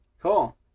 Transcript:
Cool